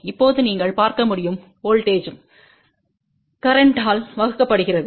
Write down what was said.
இப்போது நீங்கள் பார்க்க முடியும் வோல்ட்டேஜ்ம் கரேன்ட்த்தால் வகுக்கப்படுகிறது